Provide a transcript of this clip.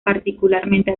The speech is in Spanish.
particularmente